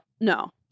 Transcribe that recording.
no